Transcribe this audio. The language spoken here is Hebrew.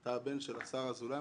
אתה הבן של השר אזולאי?